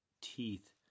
teeth